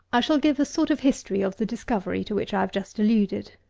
i shall give a sort of history of the discovery to which i have just alluded.